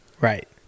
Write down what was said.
Right